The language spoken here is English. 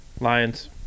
Lions